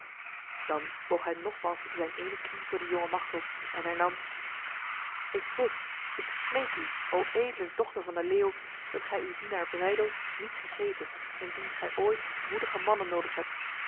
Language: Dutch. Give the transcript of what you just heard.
dan boog hij nogmaals zijn ene knie voor de jonge machteld en hernam ik bid ik smeek u o edele dochter van de leeuw dat gij uw dienaar breydel niet vergete indien gij ooit moedige mannen nodig hebt